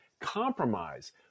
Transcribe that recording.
compromise